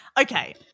Okay